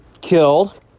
killed